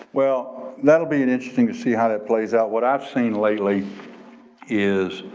well, that'll be an interesting to see how that plays out. what i've seen lately is